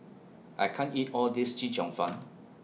I can't eat All This Chee Cheong Fun